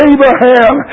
Abraham